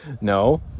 No